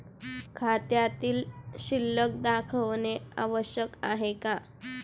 खात्यातील शिल्लक दाखवणे आवश्यक आहे का?